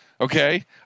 okay